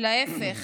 להפך,